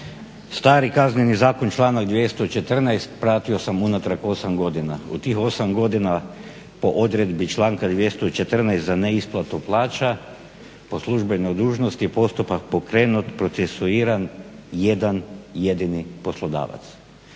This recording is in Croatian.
stari Kazneni zakon članak 214. pratio sam unatrag 8 godina. U tih 8 godina po odredbi članka 214. za neisplatu plaću po službenoj dužnosti postupak pokrenut, procesuiran jedan jedini poslodavac.